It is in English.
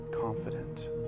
confident